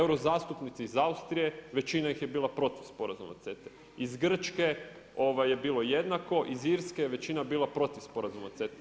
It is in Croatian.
Euro zastupnici iz Austrije, većina ih je bila protiv sporazuma CETA-e, iz Grče je bilo jednako, iz Irske je većina bila protiv sporazuma CETA-e.